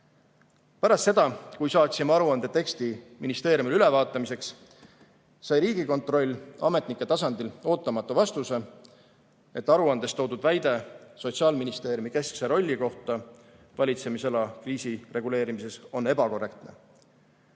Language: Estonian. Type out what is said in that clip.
Pärast seda, kui saatsime aruande teksti ministeeriumile ülevaatamiseks, sai Riigikontroll ametnike tasandil ootamatu vastuse, et aruandes toodud väide Sotsiaalministeeriumi keskse rolli kohta valitsemisala kriisireguleerimises on ebakorrektne.